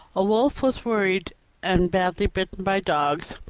a wolf was worried and badly bitten by dogs,